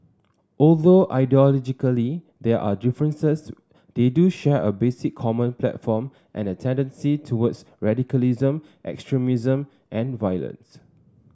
although ideologically there are differences they do share a basic common platform and a tendency towards radicalism extremism and violence